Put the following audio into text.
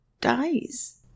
dies